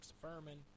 Furman